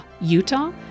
Utah